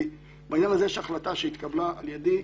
בעניין הזה יש החלטה שהתקבלה על ידי,